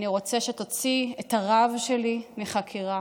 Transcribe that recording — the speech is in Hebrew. אני רוצה שתוציא את הרב שלי מחקירה.